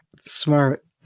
smart